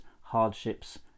hardships